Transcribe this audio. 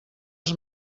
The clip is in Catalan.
els